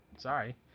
Sorry